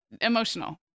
emotional